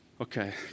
Okay